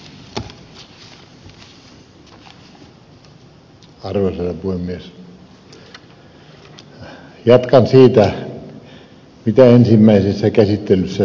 jatkan siitä mitä ensimmäisessä käsittelyssä sanoin